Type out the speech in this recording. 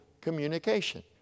communication